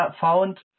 found